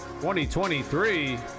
2023